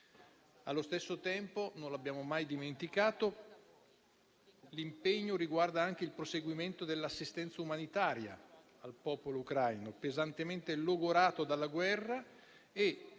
Allo stesso tempo, non abbiamo mai dimenticato che l'impegno riguarda anche il proseguimento dell'assistenza umanitaria al popolo ucraino, pesantemente logorato dalla guerra,